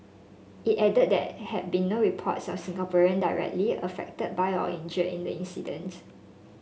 it added that he had been no reports of Singaporean directly affected by or injured in the incident